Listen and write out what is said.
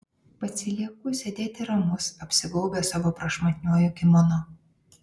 pasilieku sėdėti ramus apsigaubęs savo prašmatniuoju kimono